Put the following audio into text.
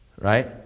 Right